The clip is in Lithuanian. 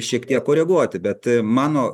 šiek tiek koreguoti bet mano